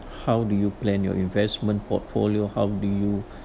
how do you plan your investment portfolio how do you